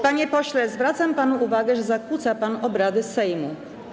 Panie pośle, zwracam panu uwagę, że zakłóca pan obrady Sejmu.